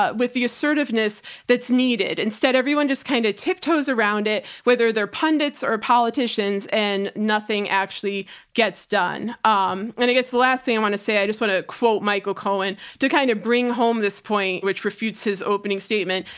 ah with the assertiveness that's needed. instead, everyone just kind of tip toes around it, whether they're pundits or politicians and nothing actually gets done. um, and i guess the last thing i want to say, i just want to quote michael cohen to kind of bring home this point, which refutes his opening statement.